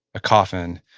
a coffin,